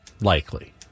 Likely